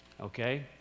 Okay